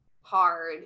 hard